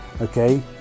Okay